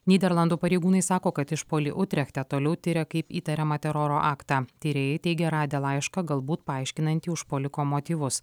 nyderlandų pareigūnai sako kad išpuolį utrechte toliau tiria kaip įtariamą teroro aktą tyrėjai teigia radę laišką galbūt paaiškinantį užpuoliko motyvus